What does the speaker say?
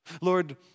Lord